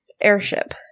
Airship